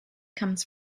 comes